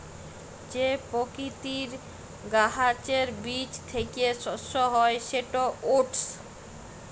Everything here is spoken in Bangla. যে পকিতির গাহাচের বীজ থ্যাইকে শস্য হ্যয় সেট ওটস